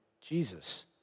Jesus